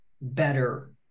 better